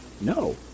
no